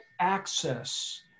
access